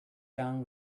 town